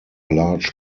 large